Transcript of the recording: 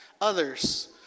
others